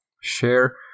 Share